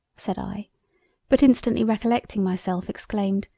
said i but instantly recollecting myself, exclaimed,